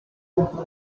into